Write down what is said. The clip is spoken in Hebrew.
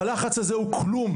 לנו,